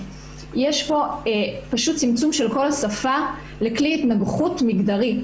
שיש פה פשוט צמצום של כל השפה לכלי התנגחות מגדרי.